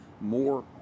more